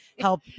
help